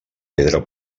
pedra